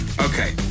Okay